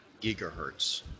gigahertz